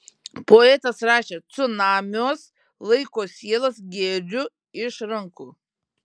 poetas rašė cunamiuos laiko sielas geriu iš rankų